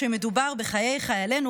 כשמדובר בחיי חיילינו,